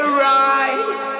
ride